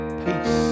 peace